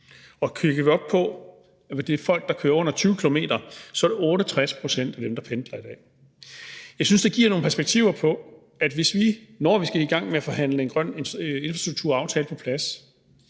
Og ser vi på antallet af folk, der kører under 20 km, er det 68 pct. af dem, der pendler i dag. Jeg synes, det giver nogle perspektiver, når vi skal i gang med at forhandle en grøn infrastrukturaftale på plads.